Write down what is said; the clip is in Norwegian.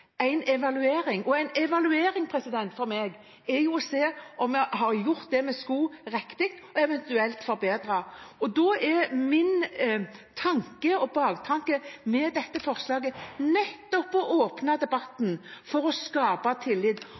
en evaluering. En evaluering er for meg å se om vi har gjort det vi skulle, riktig – og eventuelt forbedre. Da er min tanke og baktanke med dette forslaget nettopp å åpne debatten for å skape tillit.